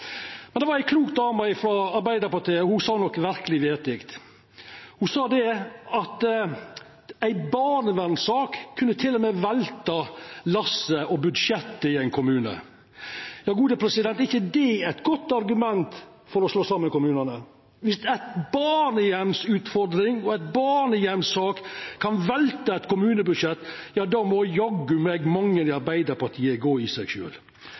Det var ei klok dame frå Arbeidarpartiet som sa noko verkeleg vettig. Ho sa at ei barnevernssak kunne velta lasset og budsjettet i ein kommune. Er ikkje det eit godt argument for å slå saman kommunane? Dersom ei barneheimsutfordring og ei barnevernssak kan velta eit kommunebudsjett, må jaggu mange i Arbeidarpartiet gå i seg